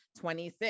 26